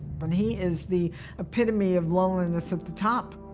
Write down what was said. and he is the epitome of loneliness at the top.